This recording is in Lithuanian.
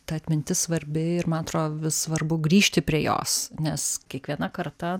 ta atmintis svarbi ir man atrodo vis svarbu grįžti prie jos nes kiekviena karta